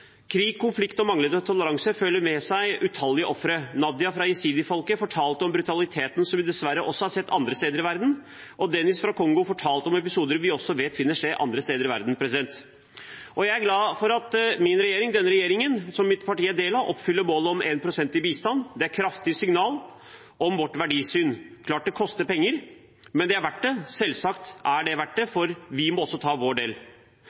Krig, konflikt og manglende toleranse fører med seg utallige ofre. Nadia fra jesidifolket fortalte om brutaliteten som vi dessverre også har sett andre steder i verden. Denis fra Kongo fortalte om episoder som vi vet at også finner sted andre steder i verden. Jeg er glad for at denne regjeringen, som mitt parti er en del av, oppfyller målet om 1 pst. til bistand. Det er et kraftig signal om vårt verdisyn. Det er klart det koster penger, men det er verdt det – selvsagt er det verdt det, for vi må også ta vår del.